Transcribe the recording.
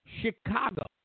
Chicago